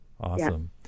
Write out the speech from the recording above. Awesome